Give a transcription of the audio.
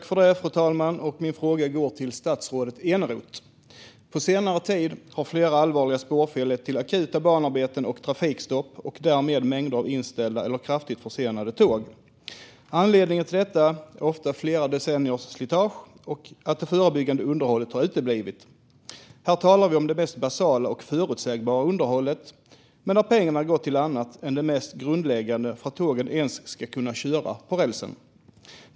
Fru talman! Min fråga går till statsrådet Eneroth. På senare tid har flera allvarliga spårfel lett till akuta banarbeten och trafikstopp och därmed mängder av inställda eller kraftigt försenade tåg. Anledningen till detta är ofta flera decenniers slitage och att det förebyggande underhållet har uteblivit. Här talar vi om det mest basala och förutsägbara underhållet. Ändå har pengarna gått till annat än det mest grundläggande för att tågen ens ska kunna köra på rälsen.